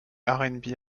rnb